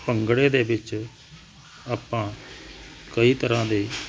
ਭੰਗੜੇ ਦੇ ਵਿੱਚ ਆਪਾਂ ਕਈ ਤਰ੍ਹਾਂ ਦੇ